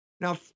Now